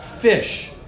fish